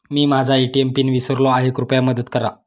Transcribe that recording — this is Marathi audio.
मी माझा ए.टी.एम पिन विसरलो आहे, कृपया मदत करा